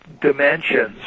Dimensions